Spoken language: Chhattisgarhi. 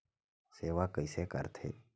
सेवा कइसे करथे?